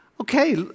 okay